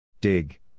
Dig